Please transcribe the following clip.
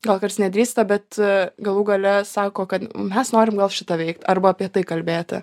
gal nedrįsta bet galų gale sako kad mes norim gal šį tą veikt arba apie tai kalbėti